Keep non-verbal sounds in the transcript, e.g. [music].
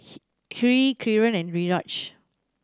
[noise] Hri Kiran and Niraj